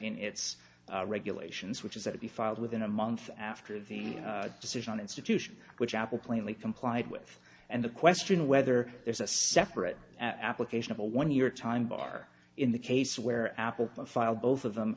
in its regulations which is that it be filed within a month after the decision institution which apple plainly complied with and the question of whether there's a separate application of a one year time bar in the case where apple filed both of them